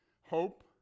Hope